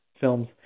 films